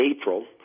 April